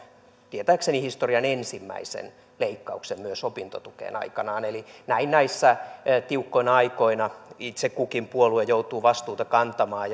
tietääkseni historian ensimmäisen leikkauksen myös opintotukeen aikanaan eli näin näinä tiukkoina aikoina itse kukin puolue joutuu vastuuta kantamaan